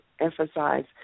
emphasize